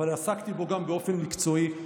אבל עסקתי בהם גם באופן מקצועי,